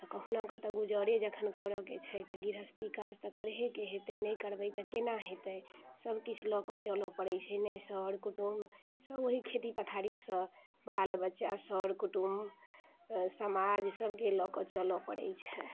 तऽ कहुना कऽ तऽ गुजारे जखन करऽ के छै तऽ गृहस्थी काज तऽ करहे के हेतै नहि करबै तऽ केना होयतै सभकिछु लऽ कऽ चलऽ पड़ैत छै ने सर कुटुम्ब सभ ओहि खेती पथारीसँ बाल बच्चा सर कुटुम्ब समाज सभकेँ लऽ कऽ चलऽ पड़ैत छै